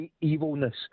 evilness